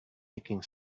nicking